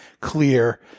clear